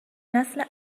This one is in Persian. نسل